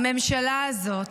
הממשלה הזאת,